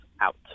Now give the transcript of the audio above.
out